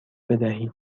بدهید